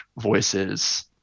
voices